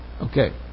Okay